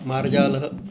मार्जालः